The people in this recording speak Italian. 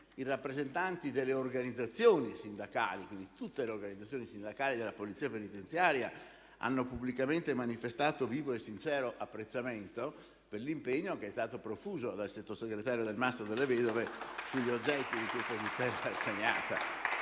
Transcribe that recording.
i rappresentanti delle organizzazioni sindacali, e quindi tutte le organizzazioni sindacali della Polizia penitenziaria, hanno pubblicamente manifestato vivo e sincero apprezzamento per l'impegno che è stato profuso dal sottosegretario Delmastro Delle Vedove. Se la gratitudine